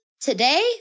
today